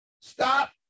Stop